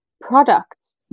products